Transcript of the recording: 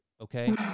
okay